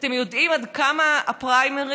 אתם יודעים עד כמה הפריימריז,